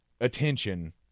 attention